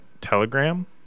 telegram